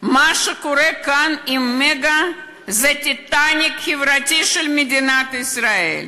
עם "מגה" זה טיטניק חברתי של מדינת ישראל,